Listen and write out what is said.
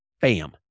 bam